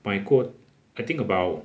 买过 I think about